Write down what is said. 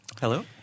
Hello